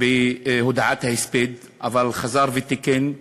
בהודעת ההספד, אבל חזר ותיקן,